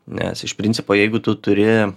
nes iš principo jeigu tu turi